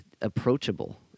approachable